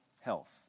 health